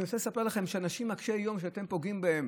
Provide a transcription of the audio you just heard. אני רוצה לספר לכם שהאנשים קשי היום שאתם פוגעים בהם,